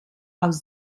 aus